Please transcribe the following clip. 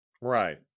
Right